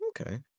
Okay